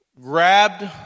grabbed